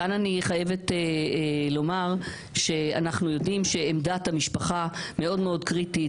כאן אני חייבת לומר שאנחנו יודעים שעמדת המשפחה מאוד מאוד קריטית